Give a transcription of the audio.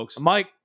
Mike